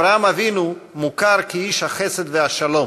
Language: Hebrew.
אברהם אבינו מוכר כאיש החסד והשלום,